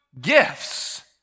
gifts